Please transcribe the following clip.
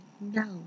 no